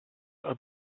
are